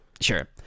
Sure